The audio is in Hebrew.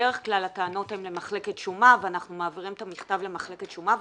בדרך כלל הטענות הן למחלקת שומה ואנחנו מעבירים את המכתב למחלקת שומה,